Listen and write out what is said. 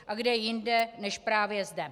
A kde jinde než právě zde?